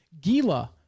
Gila